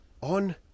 On